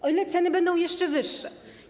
O ile ceny będą jeszcze wyższe?